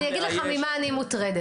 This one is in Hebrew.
אני אגיד לך ממה אני מוטרדת.